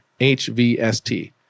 HVST